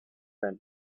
than